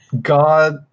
god